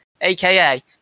aka